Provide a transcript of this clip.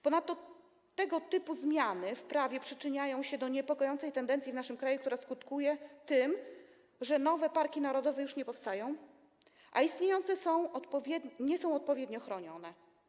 Ponadto tego typu zmiany w prawie przyczyniają się do rozwoju niepokojącej tendencji w naszym kraju, która skutkuje tym, że nowe parki narodowe już nie powstają, a istniejące nie są odpowiednio chronione.